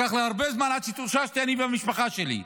לקח לי הרבה זמן עד שהתאוששתי, אני והמשפחה שלי.